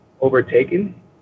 overtaken